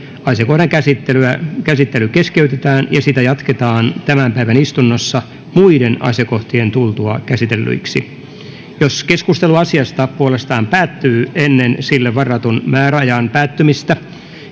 asiakohdan käsittely keskeytetään ja sitä jatketaan tämän päivän istunnossa muiden asiakohtien tultua käsitellyiksi jos keskustelu asiasta puolestaan päättyy ennen sille varatun määräajan päättymistä